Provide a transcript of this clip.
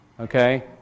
Okay